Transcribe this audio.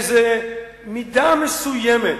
איזו מידה מסוימת